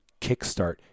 kickstart